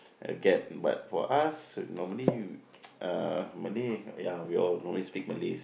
a gap but for us normally uh Malay ya we all normally speak Malays